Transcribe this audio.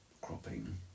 cropping